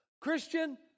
Christian